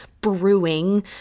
brewing